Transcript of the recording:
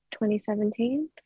2017